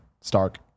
Stark